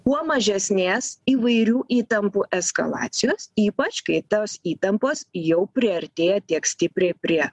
kuo mažesnės įvairių įtampų eskalacijos ypač kai tos įtampos jau priartėja tiek stipriai prie